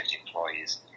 employees